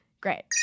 Great